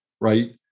right